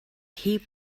heap